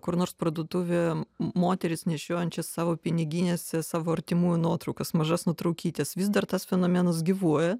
kur nors parduotuvėj m moteris nešiojančias savo piniginėse savo artimųjų nuotraukas mažas nuotraukytes vis dar tas fenomenas gyvuoja